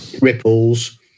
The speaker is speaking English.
ripples